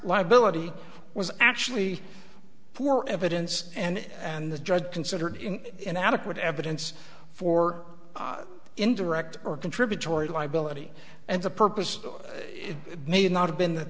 liability was actually poor evidence and and the judge considered an adequate evidence for indirect or contributory liability and the purpose may not have been th